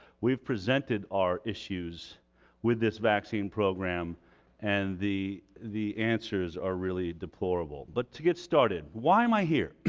we've presented our issues with this vaccine program and the the answers are really deplorable. but to get started, why am i here?